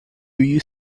you